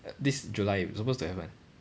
this july suppose to have [one]